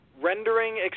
rendering